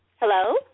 Hello